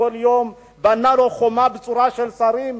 כל יום בנה לו חומה בצורה של שרים,